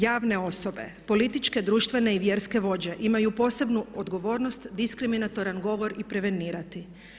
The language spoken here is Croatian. Javne osobe, političke, društvene i vjerske vođe imaju posebnu odgovornost, diskriminatoran govor i prevenirati.